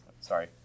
sorry